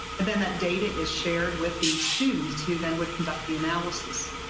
and then that data is shared with the students who then would conduct the analysis,